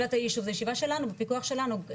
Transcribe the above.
ישיבת הישוב זאת ישיבה שלנו בפיקוח שלנו,